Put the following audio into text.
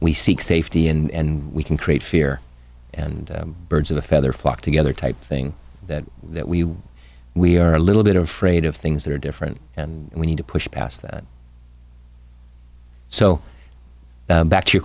we seek safety and we can create fear and birds of a feather flock together type thing that we we are a little bit of fraid of things that are different and we need to push past that so back to your